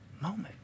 moment